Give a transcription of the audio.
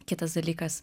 kitas dalykas